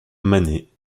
manet